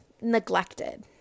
neglected